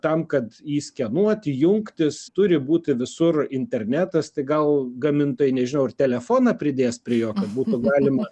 tam kad jį skenuoti jungtis turi būti visur internetas tai gal gamintojai nežinau ir telefoną pridės prie kad būtų galima